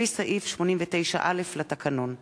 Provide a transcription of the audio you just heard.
לפי סעיף 89(א) לתקנון.